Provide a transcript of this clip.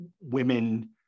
women